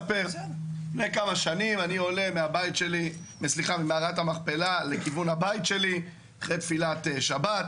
לפני כמה שנים אני עולה ממערת המכפלה לכיוון הבית שלי אחרי תפילת שבת.